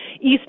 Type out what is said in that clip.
East